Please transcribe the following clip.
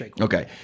Okay